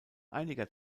einiger